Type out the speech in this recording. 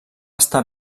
estar